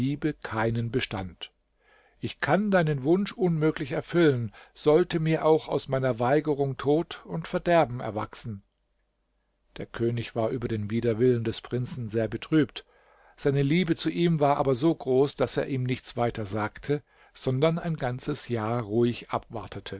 keinen bestand ich kann deinen wunsch unmöglich erfüllen sollte mir auch aus meiner weigerung tod und verderben erwachsen der könig war über den widerwillen des prinzen sehr betrübt seine liebe zu ihm war aber so groß daß er ihm nichts weiter sagte sondern ein ganzes jahr ruhig abwartete